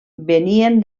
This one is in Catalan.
venien